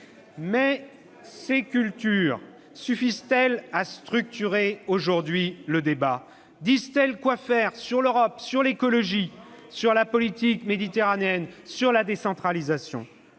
Mais ces cultures suffisent-elles à structurer le débat ? Disent-elles quoi faire sur l'Europe, sur l'écologie, sur la politique méditerranéenne, sur la décentralisation ?